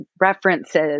references